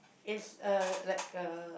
it's a like a